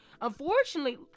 Unfortunately